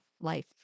life